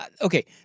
okay